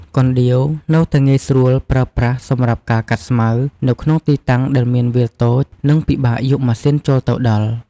កណ្ដៀវនៅតែងាយស្រួលប្រើប្រាស់សម្រាប់ការកាត់ស្មៅនៅក្នុងទីតាំងដែលមានវាលតូច និងពិបាកយកម៉ាស៊ីនចូលទៅដល់។